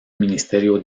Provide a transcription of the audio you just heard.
ministerio